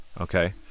Okay